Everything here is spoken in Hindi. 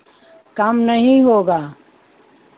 कम नहीं होगा